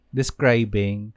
describing